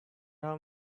how